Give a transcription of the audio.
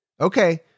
okay